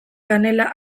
kanela